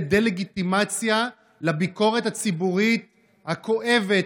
דה-לגיטימציה לביקורת הציבורית הכואבת,